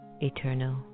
eternal